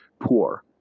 poor